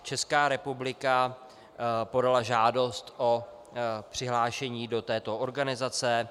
Česká republika podala žádost o přihlášení do této organizace.